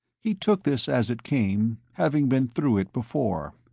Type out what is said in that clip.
he took this as it came, having been through it before.